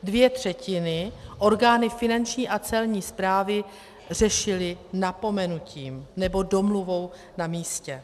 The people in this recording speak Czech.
Dvě třetiny orgány Finanční a Celní správy řešily napomenutím nebo domluvou na místě.